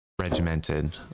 regimented